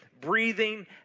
Breathing